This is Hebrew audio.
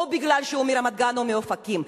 או משום שהוא מרמת-גן או מאופקים.